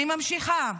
אני ממשיכה.